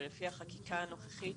ולפי החקיקה הנוכחית,